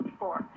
four